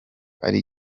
ari